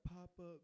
pop-up